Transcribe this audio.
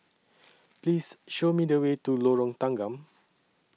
Please Show Me The Way to Lorong Tanggam